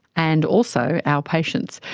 and also our patients.